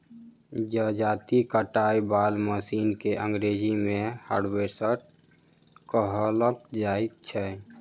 जजाती काटय बला मशीन के अंग्रेजी मे हार्वेस्टर कहल जाइत छै